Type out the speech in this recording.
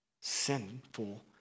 sinful